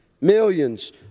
millions